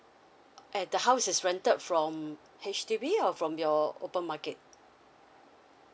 and the house is rented from H_D_B or from your open market